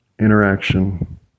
interaction